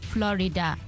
Florida